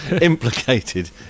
implicated